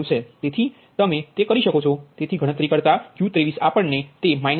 તેથી તમે તે કરી શકો છો તેથી ગણતરી કરતા Q23 આપણને તે −47